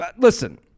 listen